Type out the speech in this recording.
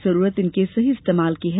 जरूरत इनके सही इस्तेमाल की है